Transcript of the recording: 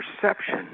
perception